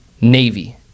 Navy